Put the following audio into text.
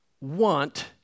want